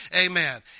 amen